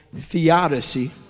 theodicy